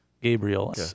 Gabriel